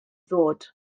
ddod